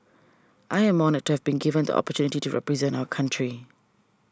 I am honoured to have been given the opportunity to represent our country